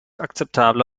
akzeptable